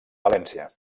valència